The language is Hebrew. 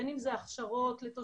בין אם זה הכשרות לתושבים,